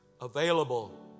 available